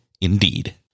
indeed